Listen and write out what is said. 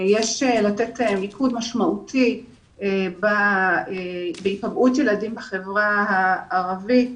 יש לתת מיקוד משמעותי בהיפגעות ילדים בחברה הערבית.